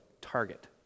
target